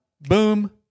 Boom